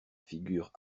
figure